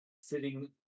Sitting